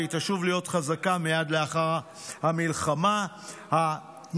ומייד אחרי המלחמה ישוב